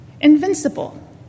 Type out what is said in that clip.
Invincible